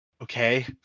Okay